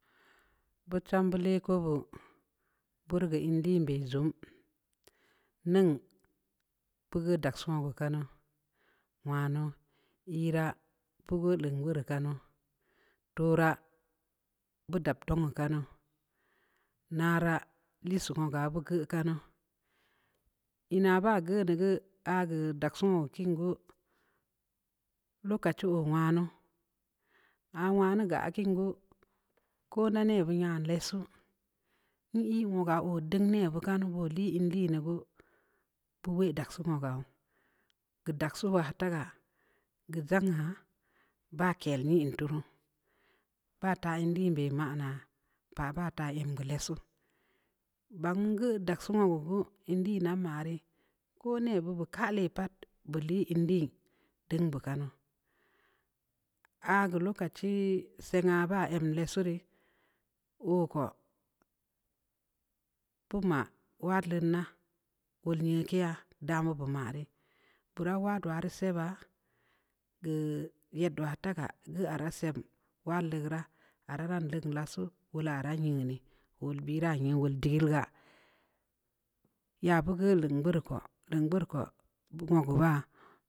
Beu chamba leko beud beutii keu an liin be zuum, ning, beu geuh dagsii wogu kanu wanuu, iiraa, beu geuh leungeureu kanu, tooraa, beu dab donghi kanu, naraa, liisii woga beu kanu, ina baa geun deu, aah geu dagsii wogu kiin gu, lokachi oo wanuu, aah wanuu geu aah kiin geu, koo nda neh beud yan lessuu, n-ii woga oo deung neh beud kanu, boo lii in liina gu, bue weh dagsii yessaa yau, keu daksi waa tagaa, geu jangha, baa kell nyin tuu ruu, baa taa in liin beh maa naa, paah baa taa em geu lessu, baan ngeu dagsii wogu gu, in liina nmari, koo neh beud bu kaah leh patbeu lii in liin deung bu kanu, aah geu lokachi sengha aah baa em lessu rii, oo ko, bu nma wad lenaa, wol nyeukeya, dambeud bu ma rii, beu raa wad wa rii sebaa, geu yed waa taagaa, aah raa leugn lessu, wola aah raa yeun dii, wol biraa, aah nyeu wol ding gaa, ya beu geu leung gbeureu ko, wogu baa